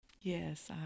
Yes